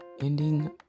ending